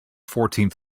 fourteenth